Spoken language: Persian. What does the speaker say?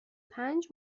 پنج